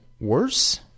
worse